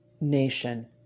nation